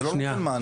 זה לא נותן מענה,